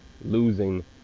losing